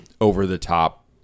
over-the-top